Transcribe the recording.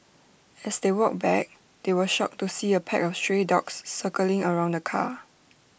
as they walked back they were shocked to see A pack of stray dogs circling around the car